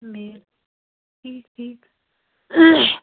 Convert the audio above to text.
میے ٹھیٖک ٹھیٖک